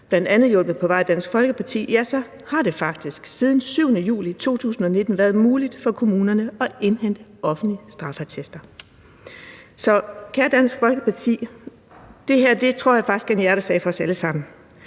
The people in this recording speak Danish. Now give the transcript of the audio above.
bl.a. hjulpet på vej af Dansk Folkeparti, har det faktisk siden den 7. juli 2019 været muligt for kommunerne at indhente offentlige straffeattester. Så kære Dansk Folkeparti, det her tror jeg faktisk er en hjertesag for os alle sammen.